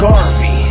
Garvey